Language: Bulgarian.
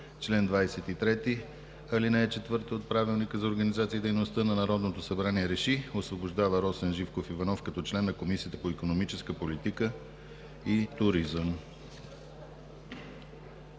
чл. 23, ал. 4 от Правилника за организацията и дейността на Народното събрание РЕШИ: Освобождава Росен Живков Иванов като член на Комисията по икономическа политика и туризъм.“